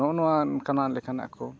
ᱱᱚᱜᱼᱚ ᱱᱚᱣᱟ ᱠᱟᱱᱟ ᱞᱮᱠᱟᱱᱟᱜ ᱠᱚ